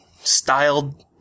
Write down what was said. styled